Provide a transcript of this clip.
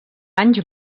anys